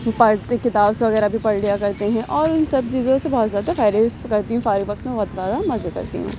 پڑھتے کتاب وغیرہ بھی پڑھ لیا کرتے ہیں اور ان سب چیزوں سے بہت زیادہ تفریح کرتی ہوں فارغ وقت میں بہت زیادہ مزے کرتی ہوں